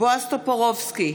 בועז טופורובסקי,